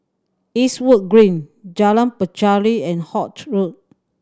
Eastwood Green Jalan Pacheli and Holt Road